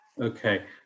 okay